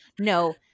no